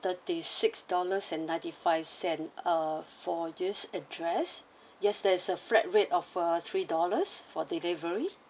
thirty six dollars and ninety five cent uh for this address yes that is a flat rate of uh three dollars for delivery